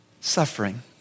suffering